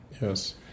Yes